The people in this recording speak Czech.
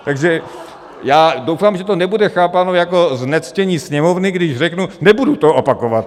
Takže já doufám, že to nebude chápáno jako znectění Sněmovny, když řeknu: nebudu to opakovat.